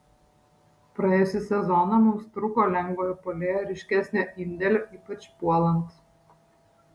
praėjusį sezoną mums trūko lengvojo puolėjo ryškesnio indėlio ypač puolant